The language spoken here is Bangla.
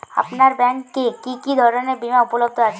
আপনার ব্যাঙ্ক এ কি কি ধরনের বিমা উপলব্ধ আছে?